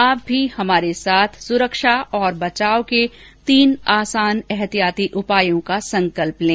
आप भी हमारे साथ सुरक्षा और बचाव के तीन आसान एहतियाती उपायों का संकल्प लें